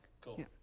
cool